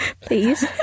please